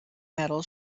metal